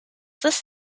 this